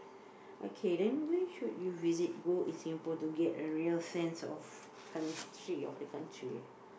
okay then where should you visit go in Singapore to get a real sense of country of the country